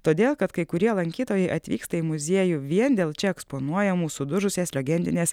todėl kad kai kurie lankytojai atvyksta į muziejų vien dėl čia eksponuojamų sudužusės legendinės